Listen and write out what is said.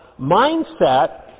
mindset